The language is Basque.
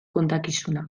kontakizuna